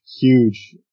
huge